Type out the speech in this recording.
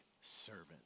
servant